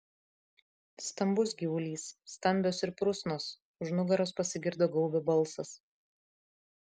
stambus gyvulys stambios ir prusnos už nugaros pasigirdo gaubio balsas